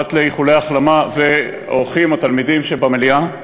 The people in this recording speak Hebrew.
אורחים או תלמידים שבמליאה,